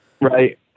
Right